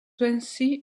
ainsi